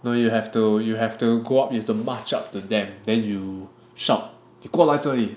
no you have to you have to go up with the march up to them then you should 你过来这里